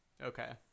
okay